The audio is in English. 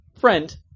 friend